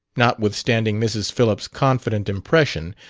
notwithstanding mrs. phillips' confident impression,